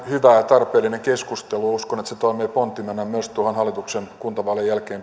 hyvä ja tarpeellinen keskustelu ja uskon että se toimii pontimena myös hallituksen kuntavaalien jälkeen